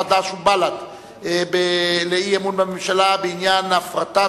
חד"ש ובל"ד לאי-אמון בממשלה בעניין הפרטת